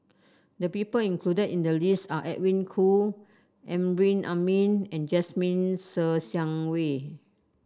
the people included in the list are Edwin Koo Amrin Amin and Jasmine Ser Xiang Wei